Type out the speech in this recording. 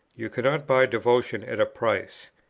you cannot buy devotion at a price.